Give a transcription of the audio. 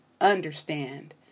understand